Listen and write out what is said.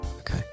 Okay